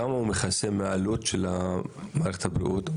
כמה הוא מכסה מהעלות של מערכת הבריאות?